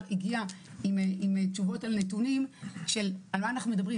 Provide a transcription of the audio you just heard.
הגיע עם תשובות על נתונים של על מה אנחנו מדברים,